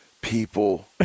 people